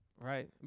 right